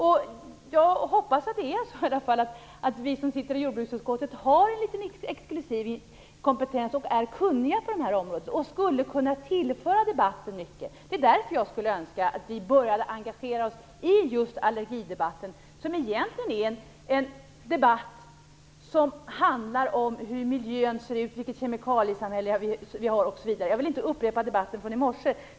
Jag hoppas i alla fall att vi som sitter i jordbruksutskottet har en exklusiv kompetens, är kunniga på de här områdena och skulle kunna tillföra debatten mycket. Det är därför jag skulle önska att vi började engagera oss i just allergidebatten, som egentligen handlar om hur miljön ser ut, vilket kemikaliesamhälle vi har osv. Jag vill inte upprepa debatten från i morse.